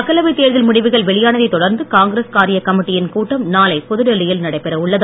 மக்களவைத் தேர்தல் முடிவுகள் வெளியானதைத் தொடர்ந்து காங்கிரஸ் காரியக் கமிட்டியின் கூட்டம் நாளை புதுடெல்லியில் நடைபெறவுள்ளது